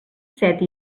set